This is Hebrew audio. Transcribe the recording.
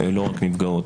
לא רק נפגעות.